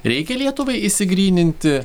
reikia lietuvai išsigryninti